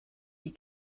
die